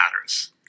matters